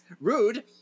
Rude